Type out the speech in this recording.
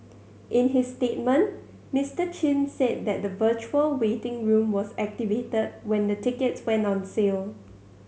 in his statement Mister Chin said that the virtual waiting room was activated when the tickets went on sale